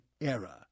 era